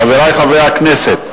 חברי חברי הכנסת,